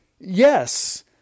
Yes